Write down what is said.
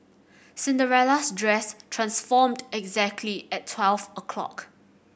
Cinderella's dress transformed exactly at twelve o'clock